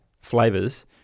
flavors